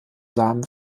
samen